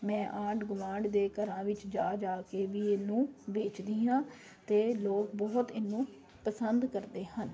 ਮੈਂ ਆਡ ਗੁਆਂਡ ਦੇ ਘਰਾਂ ਵਿੱਚ ਜਾ ਜਾ ਕੇ ਵੀ ਇਹਨੂੰ ਵੇਚਦੀ ਹਾਂ ਅਤੇ ਲੋਕ ਬਹੁਤ ਇਹਨੂੰ ਪਸੰਦ ਕਰਦੇ ਹਨ